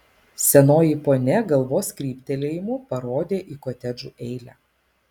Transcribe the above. senoji ponia galvos kryptelėjimu parodė į kotedžų eilę